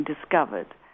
discovered